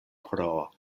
pro